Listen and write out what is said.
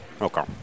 Okay